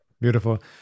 Beautiful